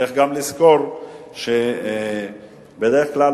צריך גם לזכור שבדרך כלל,